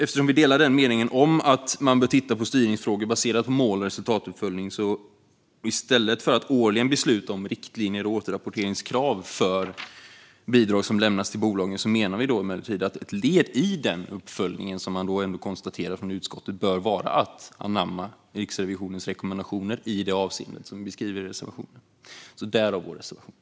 Eftersom vi delar meningen att man bör titta på styrningsfrågor baserat på mål och resultatuppföljning, i stället för att årligen besluta om riktlinjer och återrapporteringskrav för bidrag som lämnas till bolagen, menar vi emellertid att ett led i den uppföljningen, som utskottet konstaterar, bör vara att anamma Riksrevisionens rekommendationer i det avseendet, som vi skriver om i reservationen.